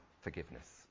forgiveness